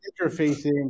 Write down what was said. interfacing